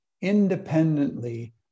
independently